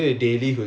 mm